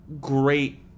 great